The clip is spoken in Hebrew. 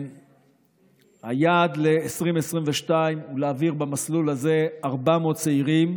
היעד ל-2022 הוא להעביר במסלול הזה 400 צעירים,